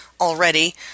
already